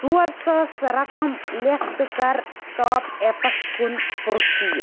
ژور ساس رقم لیٚکھ تہٕ کَر ٹاپ اپس کُن پروسیٖڈ